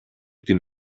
την